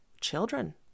children